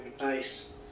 nice